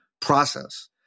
process